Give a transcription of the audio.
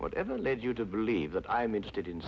whatever led you to believe that i'm interested in